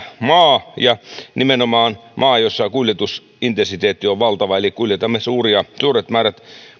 maa ja nimenomaan maa jossa kuljetusintensiteetti on valtava eli kuljetamme suuret määrät